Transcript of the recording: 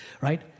right